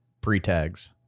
pre-tags